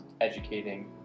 educating